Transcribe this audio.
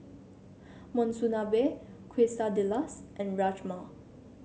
Monsunabe Quesadillas and Rajma